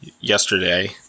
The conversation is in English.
yesterday